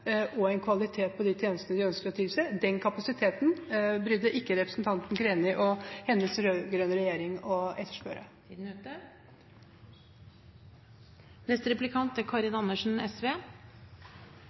kompetanse og kvalitet på de tjenestene vi ønsker å tilby – den kapasiteten brydde ikke representanten Greni og hennes rød-grønne regjering seg om å etterspørre. Jeg må si jeg synes forklaringen på kuttet på au pair-senteret er